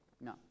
no